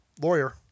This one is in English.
lawyer